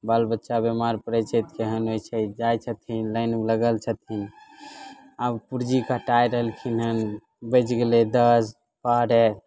बाल बच्चा बिमार पड़ैत छै तऽ केहन होइत छै जाइ छथिन लाइनमे लागल छथिन आब पूर्जी कटाइ रहलखिन हँ बजि गेलै दश बारह